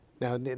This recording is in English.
Now